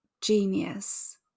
genius